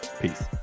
Peace